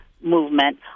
movement